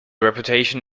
reputation